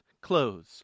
clothes